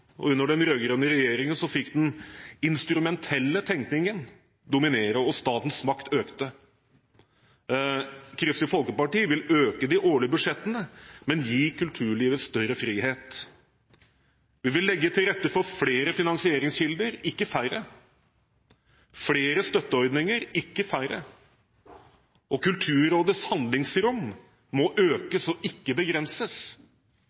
Under den rød-grønne regjeringen fikk den instrumentelle tenkningen dominere og statens makt økte. Kristelig Folkeparti vil øke de årlige budsjettene, men gi kulturlivet større frihet. Vi vil legge til rette for flere finansieringskilder, ikke færre – flere støtteordninger, ikke færre. Kulturrådets handlingsrom må